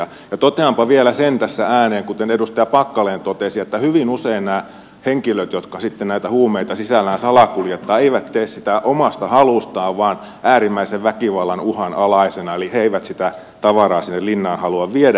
ja toteanpa vielä sen tässä ääneen kuten edustaja packalen totesi että hyvin usein nämä henkilöt jotka sitten näitä huumeita sisällään salakuljettavat eivät tee sitä omasta halustaan vaan äärimmäisen väkivallan uhan alaisena eli he eivät sitä tavaraa sinne linnaan halua viedä